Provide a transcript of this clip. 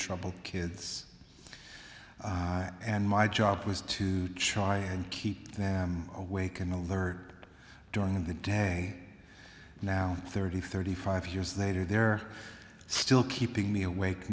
troubled kids and my job was to try and keep them awake and alert during the day now thirty thirty five years they do they're still keeping me awake